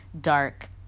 dark